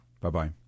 Bye-bye